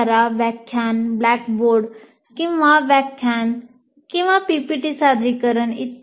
द्वारा व्याख्यान ब्लॅकबोर्ड किंवा व्याख्यान आणि PPT सादरीकरण इ